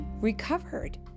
recovered